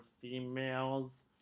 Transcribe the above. females